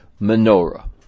menorah